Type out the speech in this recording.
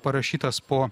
parašytas po